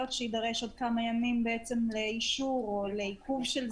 כדי שיידרש עוד כמה ימים לאישור או לעיכוב של זה.